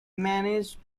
managed